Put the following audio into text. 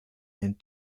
and